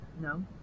No